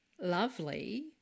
lovely